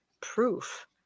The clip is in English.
proof